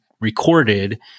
recorded